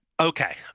Okay